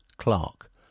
Clark